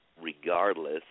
regardless